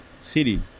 city